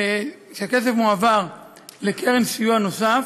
מועבר לקרן סיוע נוסף,